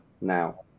now